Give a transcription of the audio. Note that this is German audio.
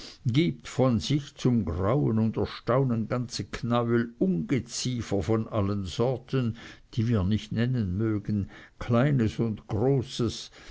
gibt von sich zum grauen und erstaunen ganze knäuel ungeziefer von allen sorten die wir nicht nennen mögen kleines großes